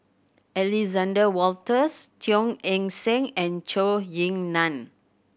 Alexander Wolters Teo Eng Seng and Zhou Ying Nan